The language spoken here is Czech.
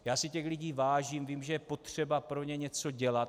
Já si těch lidí vážím, vím, že je potřeba pro ně něco dělat.